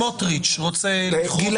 אני